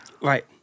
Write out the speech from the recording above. Right